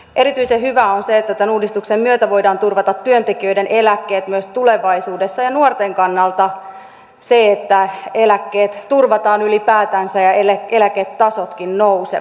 erityisen hyvää on se että tämän uudistuksen myötä voidaan turvata työntekijöiden eläkkeet myös tulevaisuudessa ja nuorten kannalta se että eläkkeet turvataan ylipäätänsä ja eläketasotkin nousevat